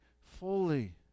fully